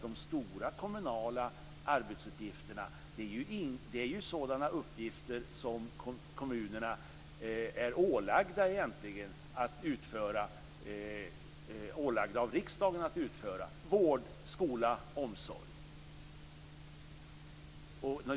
De stora kommunala arbetsuppgifterna är sådana uppgifter som kommunerna egentligen är ålagda av riksdagen att utföra: vård, skola och omsorg.